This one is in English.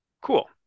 cool